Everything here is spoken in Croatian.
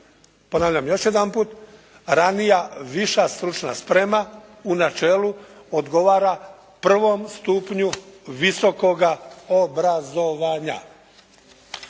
Ponavljam još jedanput, ranija "viša stručna sprema" u načelu odgovara prvom stupnju visokoga obrazovanja.